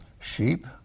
sheep